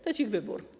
To jest ich wybór.